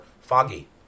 foggy